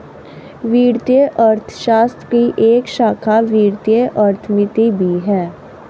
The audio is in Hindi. वित्तीय अर्थशास्त्र की एक शाखा वित्तीय अर्थमिति भी है